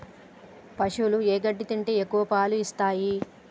పశువులు ఏ గడ్డి తింటే ఎక్కువ పాలు ఇస్తాయి?